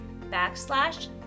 backslash